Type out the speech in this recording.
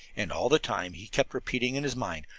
and all the time he kept repeating in his mind,